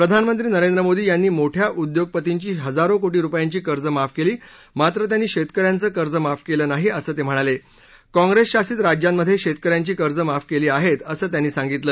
प्रधानमंत्री नरेंद्र मोदी यांनी मोठया उद्योगपतींची हजारो कोटी रुपयांची कर्ज माफ केली मात्र त्यांनी शेतक यांचं कर्ज माफ केलं नाही असं ते म्हणाले काँग्रेसशासित राज्यांमधे शेतक यांची कर्ज माफ केली आहेत असं त्यांनी सांगितलं